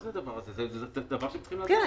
זה דבר שצריך לברר.